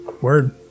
word